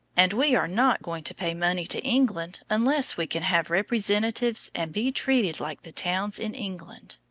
and we are not going to pay money to england unless we can have representatives and be treated like the towns in england.